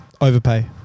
overpay